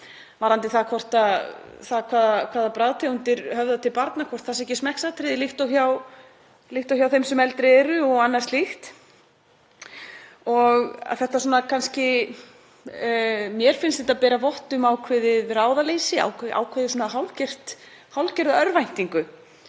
varðandi það hvaða bragðtegundir höfði til barna, hvort það sé ekki smekksatriði líkt og hjá þeim sem eldri eru og annað slíkt. Mér finnst það bera vott um ákveðið ráðaleysi, hálfgerða örvæntingu,